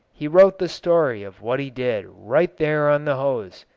he wrote the story of what he did right there on the hose,